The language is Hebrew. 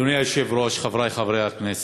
אדוני היושב-ראש, חברי חברי הכנסת,